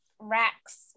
racks